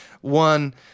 One